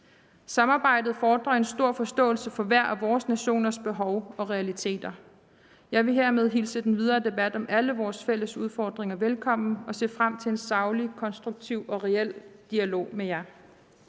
Samarbejdet fordrer en stor forståelse for hver af vores nationers behov og realiteter. Jeg vil hermed hilse den videre debat om alle vores fælles udfordringer velkommen og se frem til en saglig, konstruktiv og reel dialog her.